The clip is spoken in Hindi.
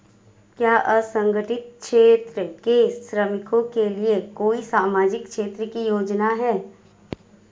क्या असंगठित क्षेत्र के श्रमिकों के लिए कोई सामाजिक क्षेत्र की योजना है?